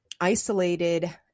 isolated